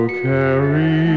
carry